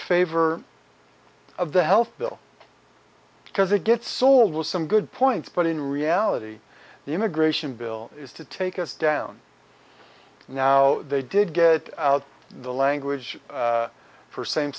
favor of the health bill because it gets sold with some good points but in reality the immigration bill is to take us down now they did get out the language for same